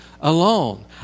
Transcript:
alone